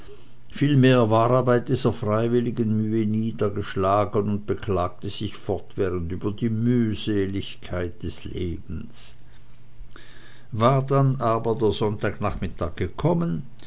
vielmehr war er bei dieser freiwilligen mühe niedergeschlagen und beklagte sich fortwährend über die mühseligkeit des lebens war dann der sonntagnachmittag gekommen